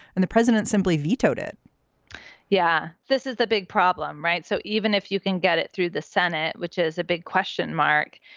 and the president simply vetoed it yeah, this is the big problem. right. so even if you can get it through the senate, which is a big question mark,